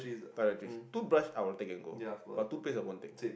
toiletries toothbrush I'll take and go but toothpaste I won't take